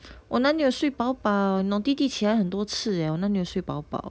我哪里有睡饱饱你懂弟弟起来很多次 eh 我哪里有睡饱饱